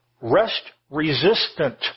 Rest-resistant